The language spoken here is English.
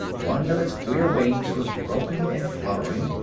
one of its queer wings was broken and fluttering,